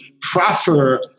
proffer